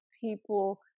people